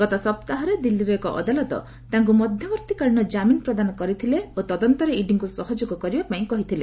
ଗତ ସପ୍ତାହରେ ଦିଲ୍ଲୀର ଏକ ଅଦାଲତ ତାଙ୍କୁ ମଧ୍ୟବର୍ତ୍ତୀକାଳୀନ କାମିନ ପ୍ରଦାନ କରିଥିଲେ ଓ ତଦନ୍ତରେ ଇଡିଙ୍କୁ ସହଯୋଗ କରିବା ପାଇଁ କହିଥିଲେ